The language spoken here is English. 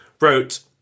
wrote